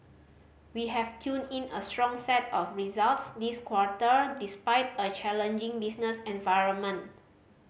we have turned in a strong set of results this quarter despite a challenging business environment